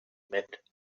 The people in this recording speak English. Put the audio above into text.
met